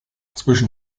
zwischen